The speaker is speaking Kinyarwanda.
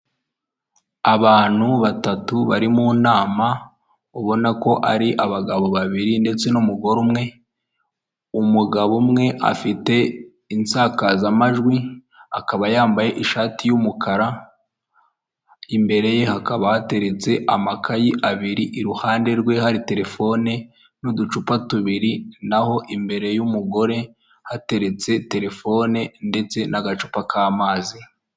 Umugabo wambaye ishati ya kake isaha ku kuboko ndetse n'agasaraba ku kundi afite umusatsi uringaniye, imbere ye hari icupa ry'amazi ndetse na mudasobwa, inyuma ye hari icyapa kiriho idarapo y'u Rwanda.